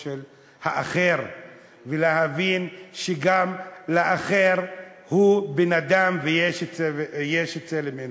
של האחר ולהבין שגם האחר הוא בן-אדם ויש צלם אנוש.